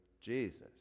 Jesus